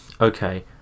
Okay